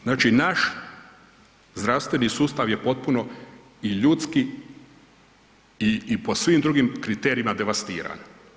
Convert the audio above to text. Znači naš zdravstveni sustav je potpuno i ljudski i po svim drugim kriterijima devastiran.